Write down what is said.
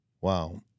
Wow